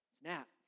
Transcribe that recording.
Snap